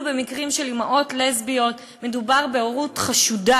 במקרים של אימהות לסביות מדובר בהורות חשודה,